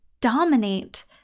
dominate